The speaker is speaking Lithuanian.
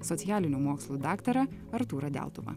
socialinių mokslų daktarą artūrą deltuva